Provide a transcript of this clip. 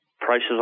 Prices